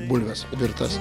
bulves virtas